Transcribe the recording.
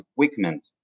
equipment